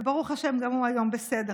וברוך השם גם הוא היום בסדר,